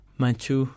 manchu